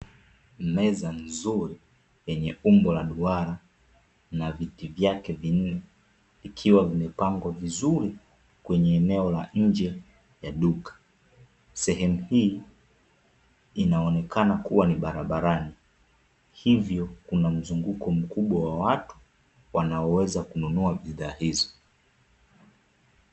Meza nzuri yenye umbo la duara na viti vyake vinne vikiwa vimepangwa vizuri kwenye eneo la nje ya duka, sehemu hii inaonekana kuwa ni barabarani, hivyo kuna mzunguko mkubwa wa watu wanaoweza kununua bidhaa hizo.